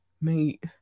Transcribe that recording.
mate